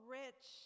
rich